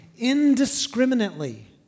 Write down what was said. indiscriminately